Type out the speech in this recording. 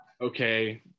okay